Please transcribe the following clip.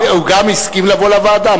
הוא גם הסכים לבוא לוועדה.